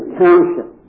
township